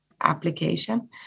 application